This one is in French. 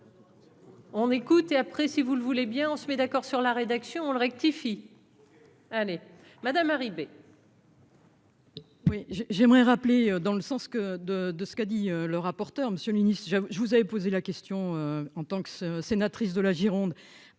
On écoute, et après, si vous le voulez bien, on se met d'accord sur la rédaction on le rectifie. Allez madame Ribet. Oui, j'ai, j'aimerais rappeler dans le sens que de de ce qu'a dit le rapporteur, Monsieur le Ministre, je, je, vous avez posé la question en tant que sénatrice de la Gironde